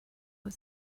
was